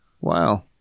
Wow